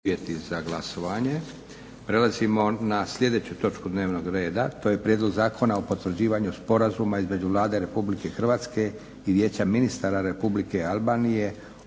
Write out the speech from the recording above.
Josip (SDP)** Prelazimo na sljedeću točku dnevnog reda. To je: - Prijedlog zakona o potvrđivanju Sporazuma između Vlade Republike Hrvatske i Vijeća ministara Republike Albanije